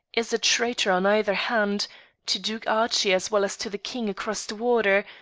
is a traitor on either hand to duke archie as well as to the king across the water,